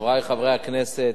חברי חברי הכנסת,